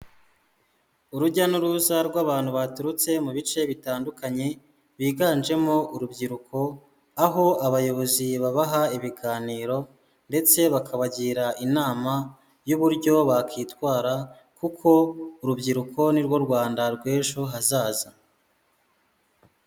Urujya n'uruza rw'abantu baturutse mu bice bitandukanye biganjemo urubyiruko, aho abayobozi babaha ibiganiro ndetse bakabagira inama y'uburyo bakitwara, kuko urubyiruko ni rwo Rwanda rw'ejo hazaza.